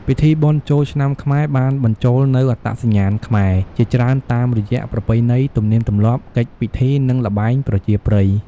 ពិធីបុណ្យចូលឆ្នាំខ្មែរបានបញ្ចូលនូវ អត្តសញ្ញាណខ្មែរ ជាច្រើនតាមរយៈប្រពៃណី ទំនៀមទម្លាប់ កិច្ចពិធី និងល្បែងប្រជាប្រិយ។